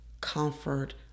comfort